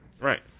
Right